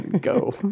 Go